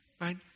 right